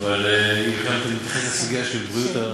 אבל היא מבחינתה מתייחסת לסוגיה של הבריאות.